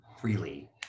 freely